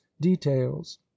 details